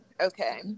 Okay